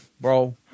bro